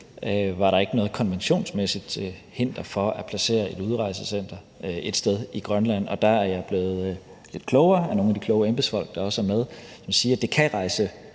var der ikke noget konventionsmæssigt til hinder for at placere et udrejsecenter et sted i Grønland, og der er jeg blevet gjort lidt klogere af nogle af de kloge embedsfolk, der er med hernede, som siger, at det kan rejse